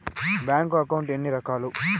bank account ఎన్ని రకాలు